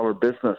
business